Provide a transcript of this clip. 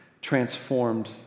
transformed